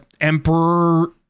emperor